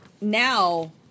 now